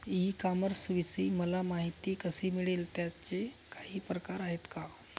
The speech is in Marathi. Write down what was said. ई कॉमर्सविषयी मला माहिती कशी मिळेल? त्याचे काही प्रकार आहेत का?